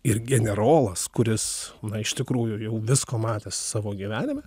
ir generolas kuris iš tikrųjų jau visko matęs savo gyvenime